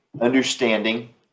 understanding